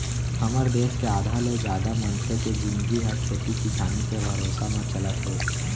हमर देस के आधा ले जादा मनसे के जिनगी ह खेती किसानी के भरोसा म चलत हे